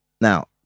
Now